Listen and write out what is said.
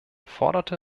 forderte